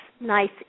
nice